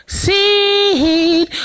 seed